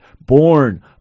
born